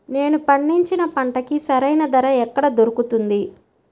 నేను పండించిన పంటకి సరైన ధర ఎక్కడ దొరుకుతుంది?